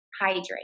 hydrate